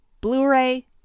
Blu-ray